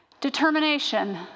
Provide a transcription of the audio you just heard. Determination